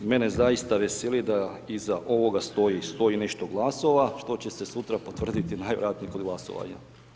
Mene zaista veseli da iza ovoga stoji, stoji nešto glasova, što će se sutra potvrditi najvjerojatnije kod glasovanja.